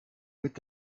mit